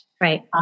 right